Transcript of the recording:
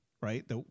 right